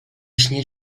śnie